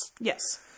Yes